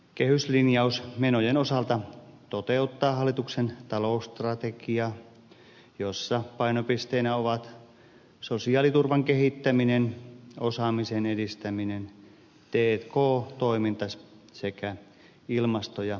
kehyslinjausmenojen osalta se toteuttaa hallituksen talousstrategiaa jossa painopisteinä ovat sosiaaliturvan kehittäminen osaamisen edistäminen t k toiminta sekä ilmasto ja energiapolitiikka